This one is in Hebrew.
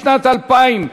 לשנת 2016,